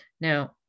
Now